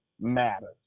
matters